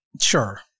Sure